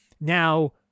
Now